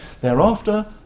Thereafter